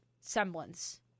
semblance